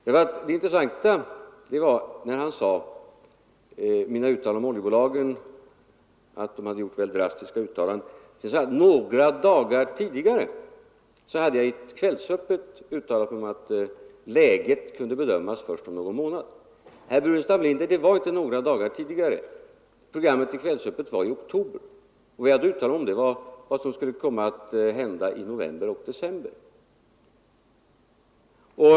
Ty det intressanta var att sedan herr Burenstam Linder citerat mitt yttrande att oljebolagen hade gjort väldigt drastiska uttalanden sade han att ”några dagar tidigare” hade jag i Kvällsöppet sagt att läget kunde bedömas först om någon månad. Herr Burenstam Linder! Det var inte några dagar tidigare. Detta Kvällsöppet sändes i oktober, och vad jag hade att uttala mig om var vad som skulle komma att hända i november och december.